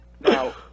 Now